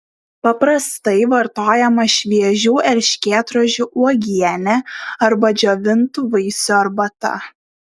paprastai vartojama šviežių erškėtrožių uogienė arba džiovintų vaisių arbata